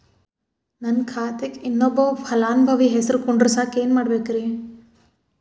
ನನ್ನ ಖಾತೆಕ್ ಇನ್ನೊಬ್ಬ ಫಲಾನುಭವಿ ಹೆಸರು ಕುಂಡರಸಾಕ ಏನ್ ಮಾಡ್ಬೇಕ್ರಿ?